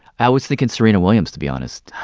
i was thinking serena williams, to be honest.